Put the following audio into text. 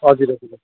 हजुर हजुर